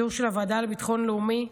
בסיור של הוועדה לביטחון לאומי.